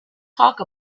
talk